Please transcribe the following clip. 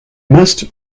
must